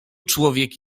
człowiek